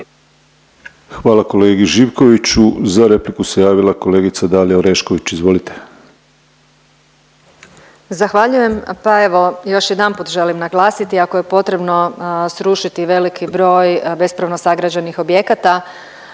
Hvala kolegi Živkoviću. Za repliku se javila kolegica Dalija Orešković. Izvolite. **Orešković, Dalija (DOSIP)** Zahvaljujem. Pa evo još jedanput želim naglasiti ako je potrebno srušiti veliki broj bespravno sagrađenih objekata